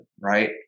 right